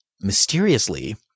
mysteriously